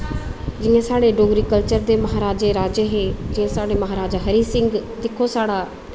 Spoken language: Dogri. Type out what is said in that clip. जि'यां साढ़े डोगरी कल्चर दे राजे महाराजे हे जि'यां साढ़े महाराजा हरी सिंह सिक्खो साढ़ा